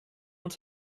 und